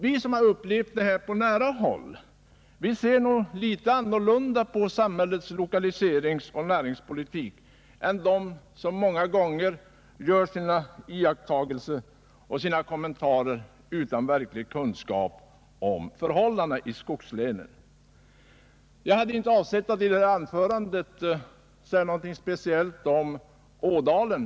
Vi som har upplevt situationen på nära håll ser nog litet annorlunda på samhällets lokaliseringsoch näringspolitik än de som många gånger gör sina iakttagelser och kommentarer utan verklig kunskap om förhållandena i skogslänen. Jag hade inte avsett att i detta anförande säga någonting speciellt om Ådalen.